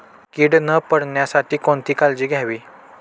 कीड न पडण्यासाठी कोणती काळजी घ्यावी?